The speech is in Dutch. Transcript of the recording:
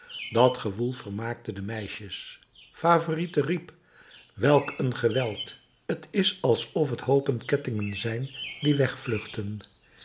dat gewoel vermaakte de meisjes favourite riep welk een geweld t is alsof t hoopen kettingen zijn die wegvluchten